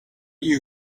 you